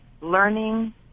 learning